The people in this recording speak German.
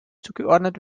zugeordnet